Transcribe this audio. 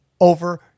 over